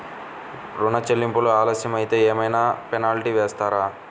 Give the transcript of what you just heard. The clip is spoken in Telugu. ఋణ చెల్లింపులు ఆలస్యం అయితే ఏమైన పెనాల్టీ వేస్తారా?